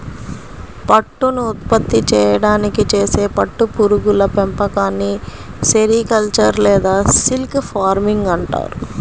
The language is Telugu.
పట్టును ఉత్పత్తి చేయడానికి చేసే పట్టు పురుగుల పెంపకాన్ని సెరికల్చర్ లేదా సిల్క్ ఫార్మింగ్ అంటారు